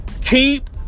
keep